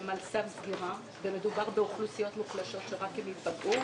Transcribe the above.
הם על סף סגירה ומדובר באוכלוסיות מוחלשות שרק הן תפגענה.